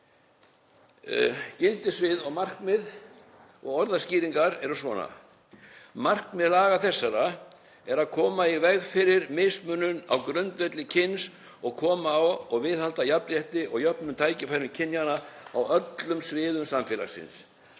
gildissvið, markmið og orðskýringar: „Markmið laga þessara er að koma í veg fyrir mismunun á grundvelli kyns og koma á og viðhalda jafnrétti og jöfnum tækifærum kynjanna á öllum sviðum samfélagsins.